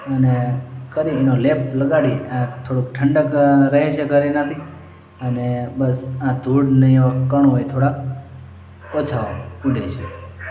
અને કરી એનો લેપ લગાડી થોડુંક ઠંડક રહે છે ઘર એનાથી અને બસ આ ધૂળને એ કણ હોય એ થોડાક ઓછા ઊડે છે